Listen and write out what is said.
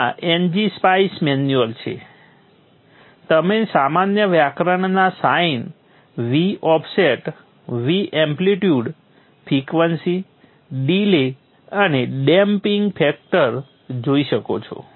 આ n g spice manual છે તમે સામાન્ય વાક્યરચના sine V offset V amplitude frequency delay અને ડેમ્પિંગ ફેક્ટર જોઇ શકો છો